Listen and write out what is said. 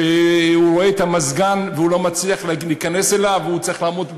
שהוא רואה את המזגן והוא לא מצליח להיכנס אליו והוא צריך לעמוד,